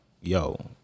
Yo